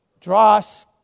dross